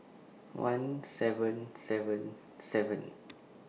one seven seven seven